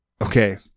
Okay